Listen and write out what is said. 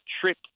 trip